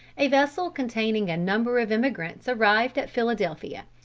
a vessel containing a number of emigrants arrived at philadelphia,